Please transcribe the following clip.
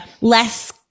less